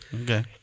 Okay